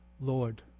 Lord